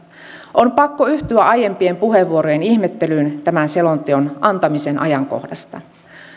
on pakko yhtyä aiempien puheenvuorojen ihmettelyyn tämän selonteon antamisen ajankohdasta